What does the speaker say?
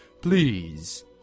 Please